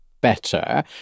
better